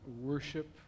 worship